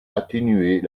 atténuer